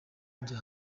njya